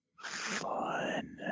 Fun